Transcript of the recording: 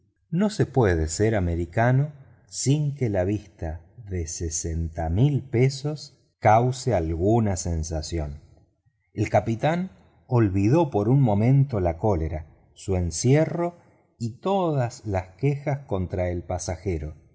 no se puede ser americano sin que la vista de sesenta mil dólares cause alguna sensación el capitán olvidó por un momento la cólera su encierro y todas las quejas contra el pasajero